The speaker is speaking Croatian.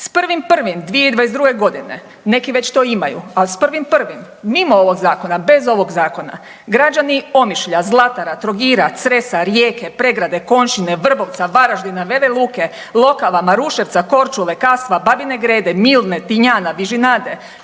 S 1.1.2022.g. neki već to imaju, ali s 1.1. mimo ovog zakona, bez ovog zakona građani Omišlja, Zlatara, Trogira, Cresa, Rijeke, Pregrade, Konjščine, Vrbovca, Varaždina, Vele Luke, Lokava, Maruševca, Koručule, Kastva, Babine Grede, Milne, Tinjana, Vižinade,